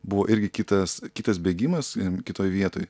buvo irgi kitas kitas bėgimas i kitoj vietoj